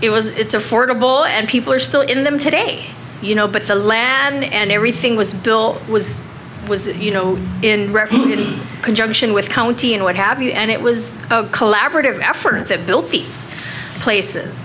it was it's affordable and people are still in them today you know but the land and everything was built was was you know in conjunction with county and what have you and it was a collaborative effort that built these places